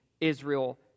Israel